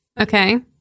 Okay